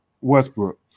Westbrook